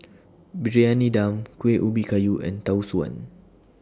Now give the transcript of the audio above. Briyani Dum Kuih Ubi Kayu and Tau Suan